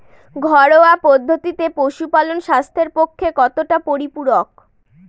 ঘরোয়া পদ্ধতিতে পশুপালন স্বাস্থ্যের পক্ষে কতটা পরিপূরক?